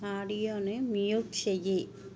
ఆడియోను mute చెయ్యి